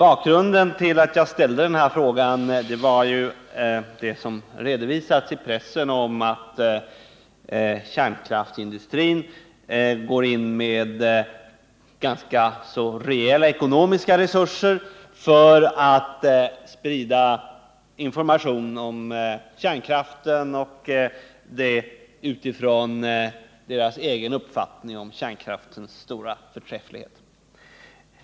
Anledningen till att jag ställde frågan var pressens redogörelse för kärnkraftsindustrins rejäla satsning på spridning av information om kärn kraften och dess, enligt kärnkraftsindustrins uppfattning, stora förträfflighet.